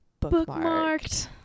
Bookmarked